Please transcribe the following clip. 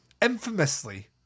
infamously